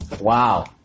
Wow